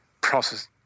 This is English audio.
process